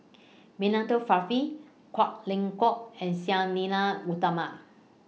Milenko Prvacki Kwek Leng Joo and Sang Nila Utama